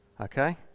Okay